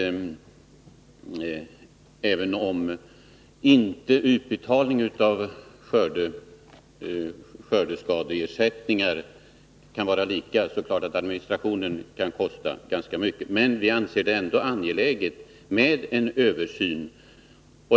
Även om utbetalning av skördeskadeersättningar inte kan vara lika alla år, är det klart att administrationen kan kosta ganska mycket. Vi anser det ändå angeläget med en översyn.